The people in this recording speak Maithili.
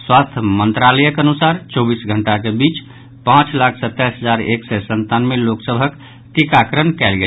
स्वास्थ्य मंत्रालयक अनुसार चौबीस घंटाक बीच पांच लाख सताईस हजार एक सय संतानवे लोक सभक टीकाकरण कयल गेल